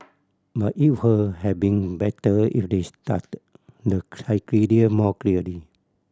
but it would have been better if they stated the more clearly